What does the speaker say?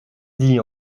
dit